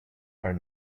are